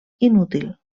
inútil